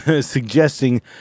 suggesting